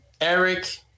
Eric